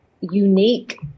unique